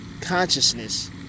consciousness